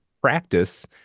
practice